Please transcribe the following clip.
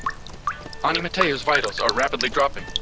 ani mateo's vitals are rapidly dropping.